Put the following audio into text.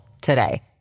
today